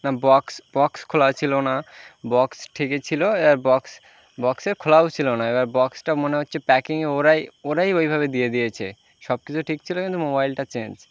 না box box খোলা ছিলো না বক্স ঠিকই ছিলো এবার বক্স বক্সে খোলাও ছিলো না এবার বক্সটা মনে হচ্ছে প্যাকিংয়ে ওরাই ওরাই ওইভাবে দিয়ে দিয়েছে সব কিছু ঠিক ছিলো কিন্তু মোবাইলটা চেঞ্জ